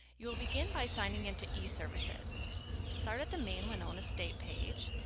you'll begin by signing into eservices. start at the main winona state page,